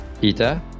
Peter